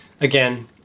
again